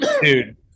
dude